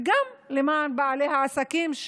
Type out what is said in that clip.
וגם למען בעלי העסקים,